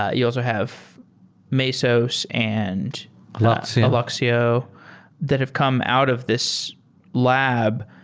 ah you also have mesos and alluxio that have come out of this lab.